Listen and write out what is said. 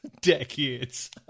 decades